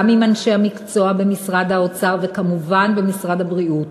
גם עם אנשי המקצוע במשרד האוצר וכמובן במשרד הבריאות.